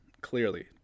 clearly